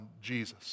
Jesus